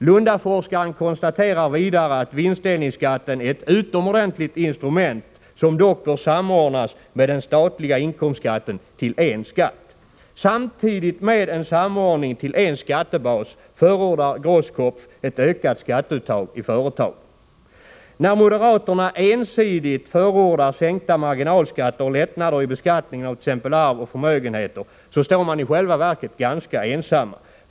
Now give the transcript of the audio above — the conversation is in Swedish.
Lundaforskaren konstaterar vidare att vinstdelningsskatten är ett utomordentligt instrument, som dock bör samordnas med den statliga inkomstskatten till en skatt. Samtidigt med en samordning till en skattebas förordar Grosskopf ett ökat skatteuttag i företaget. När moderaterna ensidigt förordar sänkta marginalskatter och lättnader i beskattningen av t.ex. arv och förmögenheter, står de i själva verket ganska ensamma.